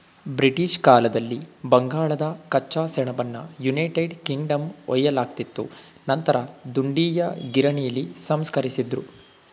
British ಕಾಲದಲ್ಲಿ ಬಂಗಾಳದ ಕಚ್ಚಾ ಸೆಣಬನ್ನು ಯುನೈಟೆಡ್ ಕಿಂಗ್ಡಮ್ಗೆ ಒಯ್ಯಲಾಗ್ತಿತ್ತು ನಂತರ ದುಂಡೀಯ ಗಿರಣಿಲಿ ಸಂಸ್ಕರಿಸಿದ್ರು